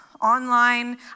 online